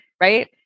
Right